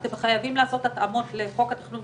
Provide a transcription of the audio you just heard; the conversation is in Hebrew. בגלל שאמרת את המשפט הזה היה חשוב לי גם זה בסדר,